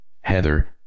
Heather